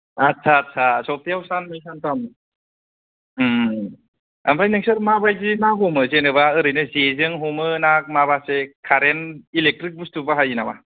आदसा आदसा सफ्थायाव साननै सानथाम ओं आमफ्राय नोंसोर मा बायदि ना हमो जेनोबा ओरैनो जे जों हमो ना माबा जों कारेन्ट इलेकट्रिक बुस्थु बाहायो नामा